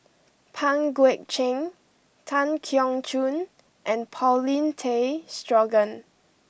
Pang Guek Cheng Tan Keong Choon and Paulin Tay Straughan